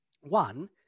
One